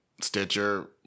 Stitcher